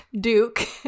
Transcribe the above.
Duke